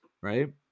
Right